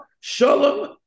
Shalom